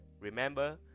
Remember